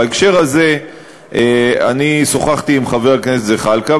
בהקשר הזה אני שוחחתי עם חבר הכנסת זחאלקה,